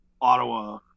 Ottawa